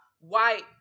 white